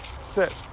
sit